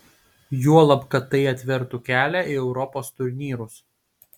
juolab kad tai atvertų kelią į europos turnyrus